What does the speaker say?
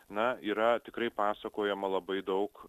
na yra tikrai pasakojama labai daug